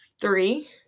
three